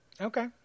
Okay